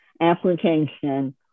application